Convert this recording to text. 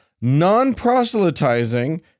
non-proselytizing